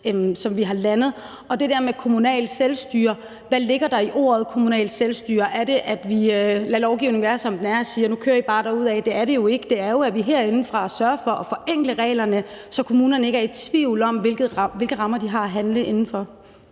vi har landet. Hvad angår kommunalt selvstyre, hvad ligger der så i begrebet kommunalt selvstyre? Er det, at vi lader lovgivningen være, som den er, og bare lader dem køre derudaf? Det er det jo ikke. Det er jo, at vi herindefra sørger for at forenkle reglerne, så kommunerne ikke er i tvivl om, hvilke rammer de har at handle indenfor.